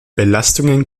belastungen